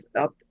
up